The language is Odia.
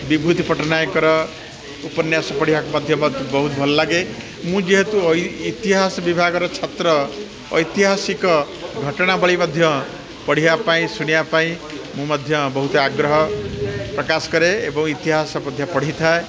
ବିଭୂତି ପଟ୍ଟନାୟଙ୍କର ଉପନ୍ୟାସ ପଢ଼ିବାକୁ ମଧ୍ୟ ମତ ବହୁତ ଭଲ ଲାଗେ ମୁଁ ଯେହେତୁ ଇତିହାସ ବିଭାଗର ଛାତ୍ର ଐତିହାସିକ ଘଟଣାବଳୀ ମଧ୍ୟ ପଢ଼ିବା ପାଇଁ ଶୁଣିବା ପାଇଁ ମୁଁ ମଧ୍ୟ ବହୁତ ଆଗ୍ରହ ପ୍ରକାଶ କରେ ଏବଂ ଇତିହାସ ମଧ୍ୟ ପଢ଼ି ଥାଏ